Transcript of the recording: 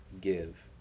give